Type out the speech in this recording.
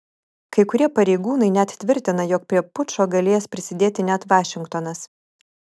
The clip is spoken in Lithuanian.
kai kurie pareigūnai net tvirtina jog prie pučo galėjęs prisidėti net vašingtonas